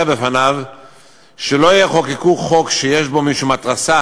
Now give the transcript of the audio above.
בפניו שלא יחוקקו חוק שיש בו משום התרסה